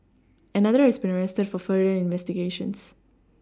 another has been arrested for further investigations